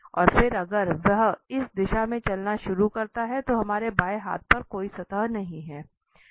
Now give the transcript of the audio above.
और फिर अगर वह इस दिशा में चलना शुरू करता है तो हमारे बाएं हाथ पर कोई सतह नहीं है